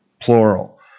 plural